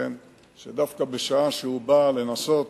שדווקא בשעה שהוא בא לנסות